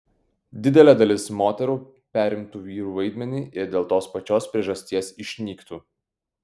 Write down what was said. didelė dalis moterų perimtų vyrų vaidmenį ir dėl tos pačios priežasties išnyktų